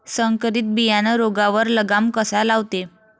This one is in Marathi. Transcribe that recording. संकरीत बियानं रोगावर लगाम कसा लावते?